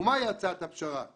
מהי הצעת הפשרה?